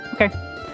Okay